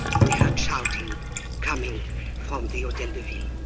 we heard shouting coming from the hotel de ville.